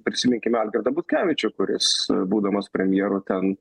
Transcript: prisiminkim algirdą butkevičių kuris būdamas premjeru ten